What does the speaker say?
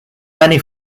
many